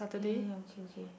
ya ya ya okay okay